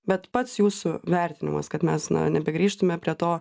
bet pats jūsų vertinimas kad mes na nebegrįžtume prie to